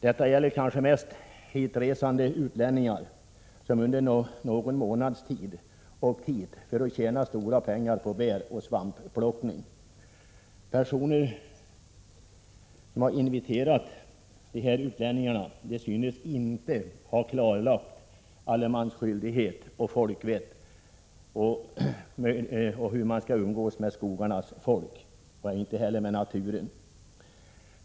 Detta gäller kanske mest hitresande utlänningar som åkt hit för att under någon månads tid tjäna stora pengar på bäroch svampplockning. Personer som inviterat dessa utlänningar hit synes inte ha klarlagt för dessa vad allemansskyldighet och folkvett innebär och hur man skall umgås med skogarnas folk och i naturen.